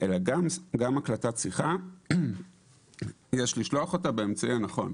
אלא גם הקלטת שיחה יש לשלוח באמצעי הנכון.